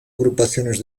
agrupaciones